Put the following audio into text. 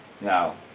Now